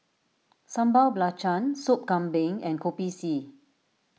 Sambal Belacan Sop Kambing and Kopi C